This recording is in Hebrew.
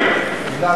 נפט,